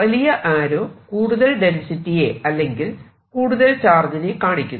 വലിയ ആരോ കൂടുതൽ ഡെൻസിറ്റിയെ അല്ലെങ്കിൽ കൂടുതൽ ചാർജിനെ കാണിക്കുന്നു